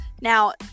now